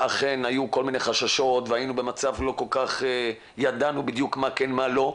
אכן היו כל מיני חששות ולא ידענו בדיוק מה כן ומה לא.